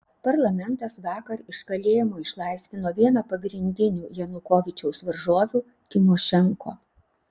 parlamentas vakar iš kalėjimo išlaisvino vieną pagrindinių janukovyčiaus varžovių tymošenko